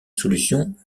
solution